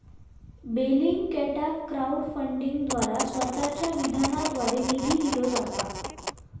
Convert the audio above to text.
बेलिंगकॅटाक क्राउड फंडिंगद्वारा स्वतःच्या विधानाद्वारे निधी दिलो जाता